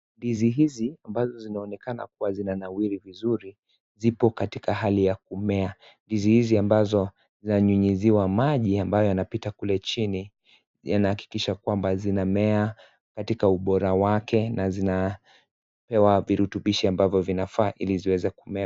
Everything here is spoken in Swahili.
Ndizi hizi ambazo zinaonekana kuwa zina nawiri vizuri zipo katika hali ya kumea, ndizi hizi ambazo zanyunyiziwa maji ambayo yanapita kule chini yana hakikisha kwamba zina mea katika ubora wake na zinapewa virutubish ambavyo vinafaa hili ziweze kumea.